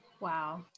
Wow